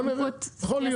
בוא נראה, יכול להיות.